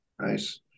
Nice